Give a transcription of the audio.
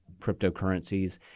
cryptocurrencies